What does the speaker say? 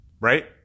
right